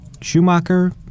Schumacher